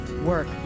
work